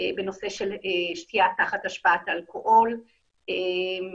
בנושא של נהיגה תחת השפעת אלכוהול ופה